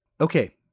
okay